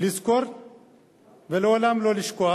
לזכור ולעולם לא לשכוח.